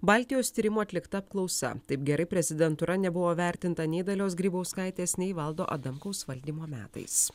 baltijos tyrimų atlikta apklausa taip gerai prezidentūra nebuvo vertinta nei dalios grybauskaitės nei valdo adamkaus valdymo metais